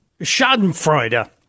schadenfreude